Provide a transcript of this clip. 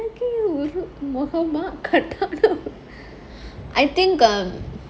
அழகிய முகமா கட்டான:alakiya mugamaa kataana I think um